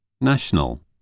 National